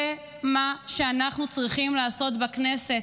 זה מה שאנחנו צריכים לעשות בכנסת: